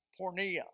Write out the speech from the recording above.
pornea